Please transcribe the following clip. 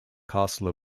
castle